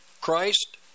Christ